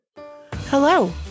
hello